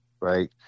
Right